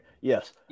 Yes